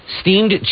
steamed